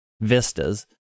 vistas